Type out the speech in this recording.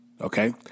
Okay